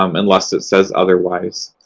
um unless it says otherwise.